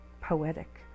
poetic